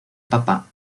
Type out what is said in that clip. papa